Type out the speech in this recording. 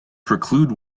preclude